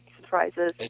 surprises